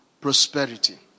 Prosperity